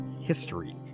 history